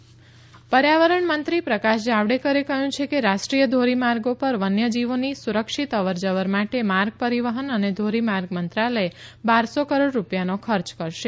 જાવડેકર વન્યજીવ સુરક્ષા પર્યાવરણ મંત્રી પ્રકાશ જાવડેકરે કહ્યું છે કે રાષ્ટ્રીય ધોરીમાર્ગો પર વન્યજીવોની સુરક્ષિત અવર જવર માટે માર્ગ પરીવહન અને ધોરીમાર્ગ મંત્રાલથ બારસો કરોડ રૂપિયાનો ખર્ય કરશે